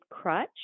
crutch